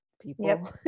people